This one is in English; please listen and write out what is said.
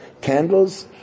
candles